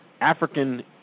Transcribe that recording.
African